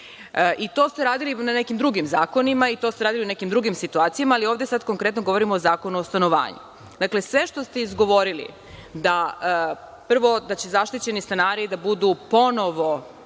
To ste radili i na nekim drugim zakonima, i to ste radili u nekim drugim situacijama, ali ovde sada konkretno govorimo o Zakonu o stanovanju. Dakle, sve što ste izgovorili, prvo da će zaštićeni stanari da budu ponovo…,